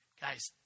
Guys